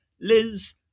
Liz